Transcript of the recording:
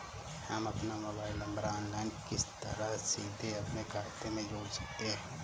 हम अपना mobile number online किस तरह सीधे अपने खाते में जोड़ सकते हैं?